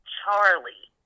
Charlie